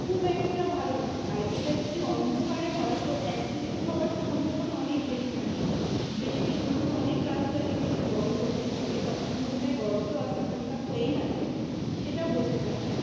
খুব একটা ভালো না আর এটা যদি অন্ধকারে হয় তো অ্যাক্সিডেন্ট হওয়ার সম্ভাবনা অনেক বেশি থাকে বৃষ্টির মধ্যে অনেক রাস্তা দেখেছি জল ঘটতে থাকে তখন কোনটায় গর্ত আছে কোনটা প্লেন আছে সেটা বোঝা যায় না